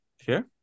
Sure